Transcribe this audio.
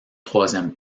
troisième